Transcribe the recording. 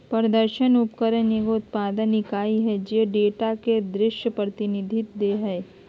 प्रदर्शन उपकरण एगो उत्पादन इकाई हइ जे डेटा के दृश्य प्रतिनिधित्व दे हइ